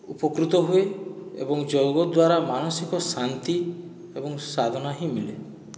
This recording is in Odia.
ଉପକୃତ ହୁଏ ଏବଂ ଯୋଗ ଦ୍ୱାରା ମାନସିକ ଶାନ୍ତି ଏବଂ ସାଧନା ହିଁ ମିଳେ